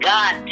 God